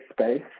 space